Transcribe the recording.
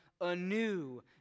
anew